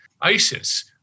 ISIS